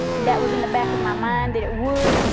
that was in the back of my mind that it would,